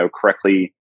correctly